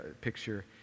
picture